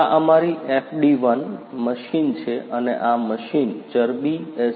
આ અમારી FD 1 machine છે અને આ મશીન ચરબી એસ